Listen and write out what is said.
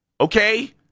Okay